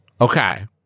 okay